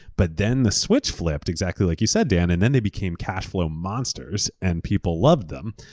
but then the switch flipped, exactly like you said, dan, and then they became cash flow monsters and people love them.